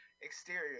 Exterior